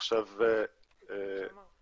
כי זה מה שהוא אמר.